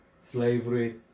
slavery